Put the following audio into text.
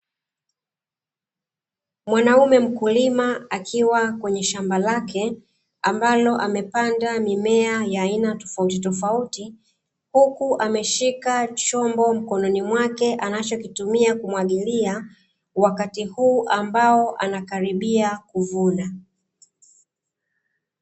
Mwanaume mkulima akiwa kwenye shamba lake ambalo amepanda mimea ya aina tofautitofauti, huku ameshika chombo mkononi mwake anachokitumia kumwagilia wakati huu ambao anakaribia kuvuna.